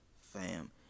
fam